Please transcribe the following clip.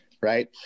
right